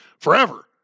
forever